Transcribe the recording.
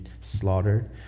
slaughtered